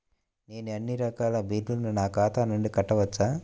నేను అన్నీ రకాల బిల్లులను నా ఖాతా నుండి కట్టవచ్చా?